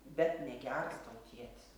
bet negeras kaip tautietis